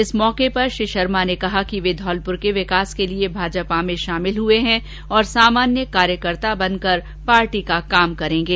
इस मौके पर श्री शर्मा ने कहा कि वे धौलपुर के विकास के लिए भाजपा में शामिल हुए हैं और सामान्य कार्यकर्ता बनकर पार्टी का काम करेंगे